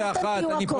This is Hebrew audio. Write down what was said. אתם תהיו הכול.